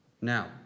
Now